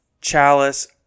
Chalice